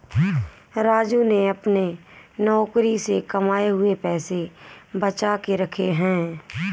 राजू ने अपने नौकरी से कमाए हुए पैसे बचा के रखे हैं